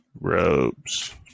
Robes